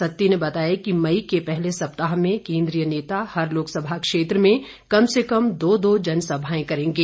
सत्ती ने बताया कि मई के पहले सप्ताह में केंद्रीय नेता हर लोकसभा क्षेत्र में कम से कम दो दो जनसभाएं करेंगे